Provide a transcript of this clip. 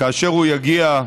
כאשר הוא יגיע,